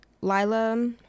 Lila